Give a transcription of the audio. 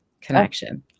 connection